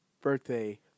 birthday